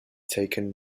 taken